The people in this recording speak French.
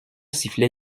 sifflait